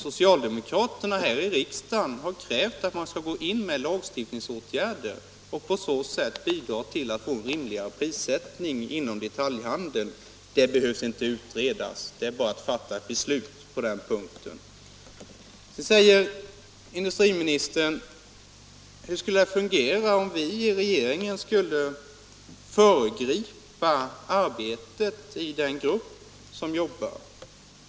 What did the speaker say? Socialdemokraterna i riksdagen har krävt att man skall gå in med lagstiftningsåtgärder för att på så sätt få rimligare prissättning inom detaljhandeln. Den frågan behöver inte utredas, utan det är bara att fatta ett beslut på den punkten. 147 Så frågar industriministern: Hur skulle det fungera om vi i regeringen skulle föregripa arbetet i den grupp som jobbar?